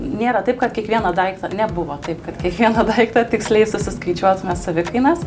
nėra taip kad kiekvieną daiktą nebuvo taip kad kiekvieną daiktą tiksliai susiskaičiuot na savikainas